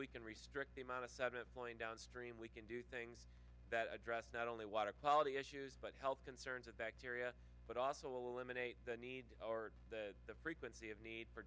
you can restrict the amount of sediment point downstream we can do things that address not only water quality issues but health concerns of bacteria but also eliminate the need or the frequency of need for